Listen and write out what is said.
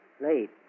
Late